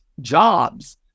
jobs